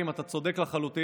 שנית, אתה צודק לחלוטין.